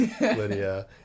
Lydia